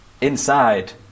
inside